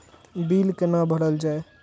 Bill कैना भरल जाय?